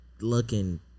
looking